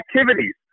activities